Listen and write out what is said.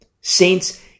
Saints